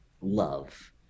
love